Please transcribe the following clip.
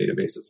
databases